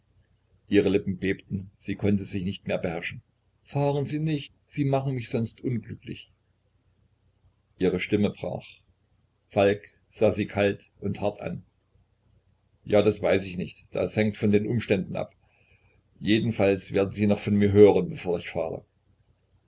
ihre lippen bebten sie konnte sich nicht mehr beherrschen fahren sie nicht sie machen mich sonst unglücklich ihre stimme brach falk sah sie kalt und hart an ja das weiß ich nicht das hängt von den umständen ab jedenfalls werden sie noch von mir hören bevor ich fahre